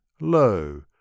Lo